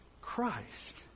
Christ